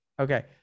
Okay